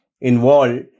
involved